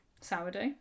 sourdough